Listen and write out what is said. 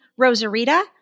Rosarita